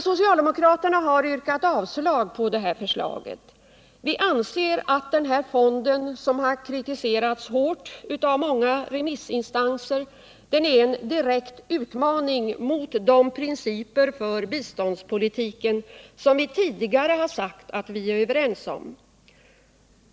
Socialdemokraterna har yrkat avslag på förslaget. Vi anser att den här fonden, som har kritiserats hårt av många remissinstanser, är en direkt utmaning mot de principer för biståndspolitiken som vi tidigare har sagt oss vara överens om.